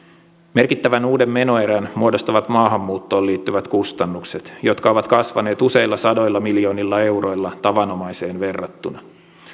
merkittävän uuden menoerän muodostavat maahanmuuttoon liittyvät kustannukset jotka ovat kasvaneet useilla sadoilla miljoonilla euroilla tavanomaiseen verrattuna